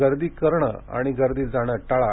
गर्दी करणं आणि गर्दीत जाणं टाळा